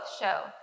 show